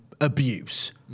abuse